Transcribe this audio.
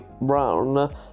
round